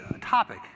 topic